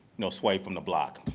know, sway from the block,